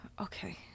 Okay